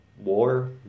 War